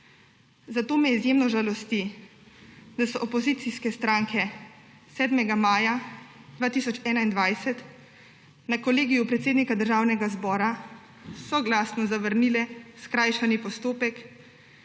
Zato me izjemno žalosti, da so opozicijske stranke 7. maja 2021 na Kolegiju predsednika Državnega zbora soglasno zavrnile skrajšani postopek,